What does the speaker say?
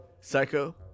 Psycho